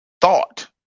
thought